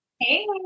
Hey